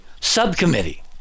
Subcommittee